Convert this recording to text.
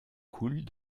coulent